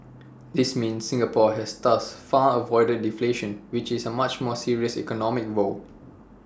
this means Singapore has thus far avoided deflation which is A much more serious economic woe